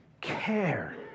care